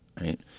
right